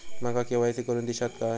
माका के.वाय.सी करून दिश्यात काय?